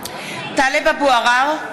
(קוראת בשמות חברי הכנסת) טלב אבו עראר,